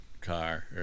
car